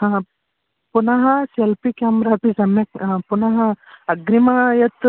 हा पुनः selfie camera अपि सम्यक् पुनः अग्रिमं यत्